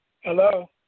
hello